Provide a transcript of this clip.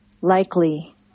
likely